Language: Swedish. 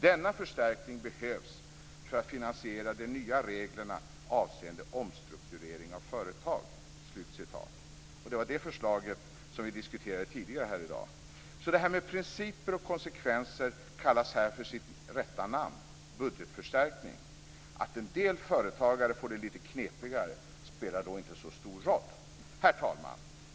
Denna förstärkning behövs för att finansiera de nya reglerna avseende omstrukturering av företag." Det var det förslaget vi diskuterade tidigare här i dag. Det här med principer och konsekvenser kallas alltså här vid sitt rätta namn: budgetförstärkning. Att en del företagare får det lite knepigare spelar då inte så stor roll. Herr talman!